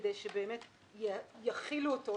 כדי שבאמת יחילו אותו,